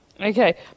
Okay